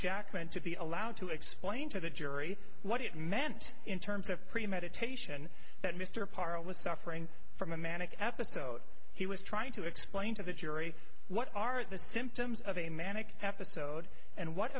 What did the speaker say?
jackman to be allowed to explain to the jury what it meant in terms of premeditation that mr parlow is suffering from a manic episode he was trying to explain to the jury what are the symptoms of a manic episode and what